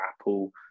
Apple